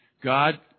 God